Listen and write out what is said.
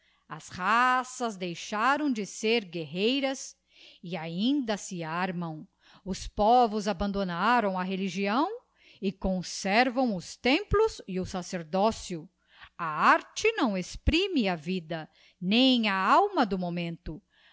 as raças deixaram de ser guerreiras e ainda se armam os povos abandonaram a religião e conservam os templos e o sacerdócio a arte ncão exprime a vida nem a alma do momento